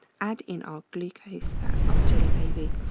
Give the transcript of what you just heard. add in our glucose, that's our jelly baby,